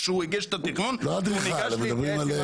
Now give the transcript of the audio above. כשהוא הגיש את התכנון הוא ניגש להתייעץ עם מי